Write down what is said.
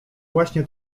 właśnie